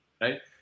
Right